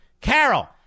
Carol